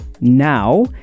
now